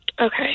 Okay